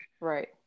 Right